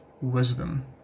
wisdom